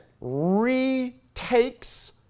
retakes